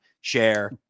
share